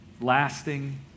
Lasting